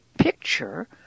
picture